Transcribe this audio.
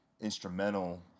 instrumental